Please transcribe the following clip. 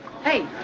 Hey